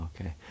okay